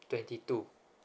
twenty two